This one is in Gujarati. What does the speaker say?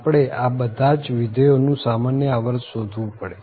આપને આ બધા જ વિધેયો નું સામાન્ય આવર્ત શોધવું પડે